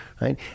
right